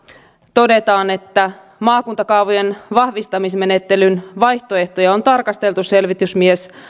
todetaan että maakuntakaavojen vahvistamismenettelyn vaihtoehtoja on tarkasteltu selvitysmies